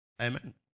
Amen